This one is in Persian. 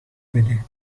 بده